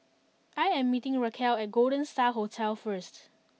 I am meeting Rachelle at Golden Star Hotel first